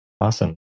Awesome